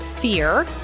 fear